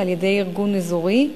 ועל-ידי ארגון אזורי,